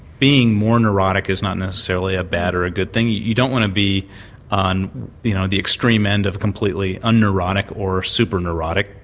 being more neurotic is not necessarily a bad or a good thing, you don't want to be on you know the extreme end of completely un-neurotic or super-neurotic.